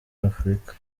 afurika